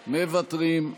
מוותרים.